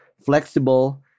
flexible